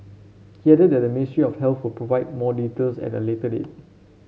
he added that the Ministry of Healthy provide more details at a later date